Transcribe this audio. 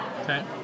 Okay